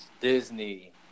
Disney